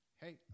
Hey